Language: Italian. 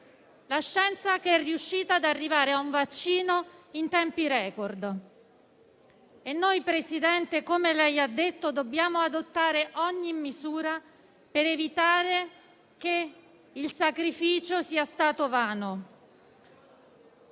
scienza, che è riuscita ad arrivare a un vaccino in tempi *record*, e noi, presidente Draghi, come ha detto lei, dobbiamo adottare ogni misura per evitare che il sacrificio sia stato vano.